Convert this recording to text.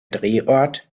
drehort